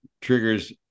triggers